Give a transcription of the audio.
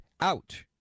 out